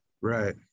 Right